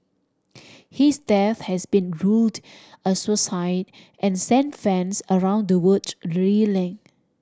his death has been ruled a suicide and sent fans around the world reeling